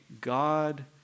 God